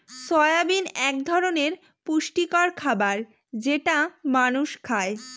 soybean এক ধরনের পুষ্টিকর খাবার যেটা মানুষ খায়